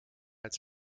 als